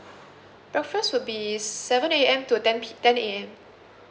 breakfast would be seven A_M to ten P ten A_M